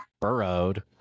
burrowed